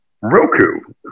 Roku